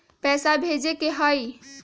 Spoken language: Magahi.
पैसा भेजे के हाइ?